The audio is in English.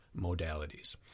modalities